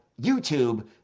YouTube